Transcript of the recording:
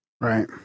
right